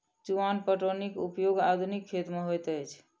चुआन पटौनीक उपयोग आधुनिक खेत मे होइत अछि